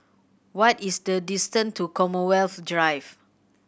what is the distant to Commonwealth Drive